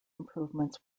improvements